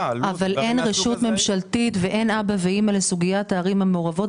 --- אבל אין רשות ממשלתית ואין אבא ואימא לסוגיית הערים המעורבות,